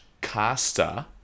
caster